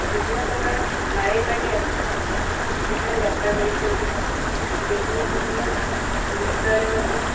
ବିଭିନ୍ନପ୍ରକାର ମାଳିଆ ପାଟି ଆସି ସେଠାରେ ଯାତ୍ରା କରିଥାନ୍ତି ବିଭିନ୍ନ ବିଭିନ୍ନ ବିଷୟରେ ମଧ୍ୟ